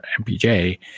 mpj